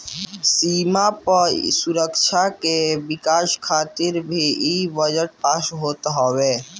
सीमा पअ सुरक्षा के विकास खातिर भी इ बजट पास होत हवे